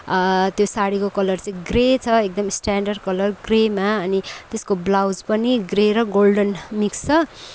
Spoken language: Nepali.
त्यो सारीको कलर चाहिँ ग्रे छ एकदम स्ट्यान्डर्ड कलर ग्रेमा अनि त्यसको ब्लाउज पनि ग्रे र गोल्डन मिक्स छ